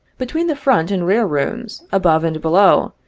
between the front and rear rooms, above and below,